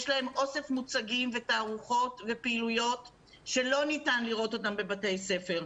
יש להם אוסף מוצגים ותערוכות ופעילויות שלא ניתן לראות אותן בבתי ספר.